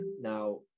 now